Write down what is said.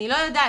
אני לא יודעת,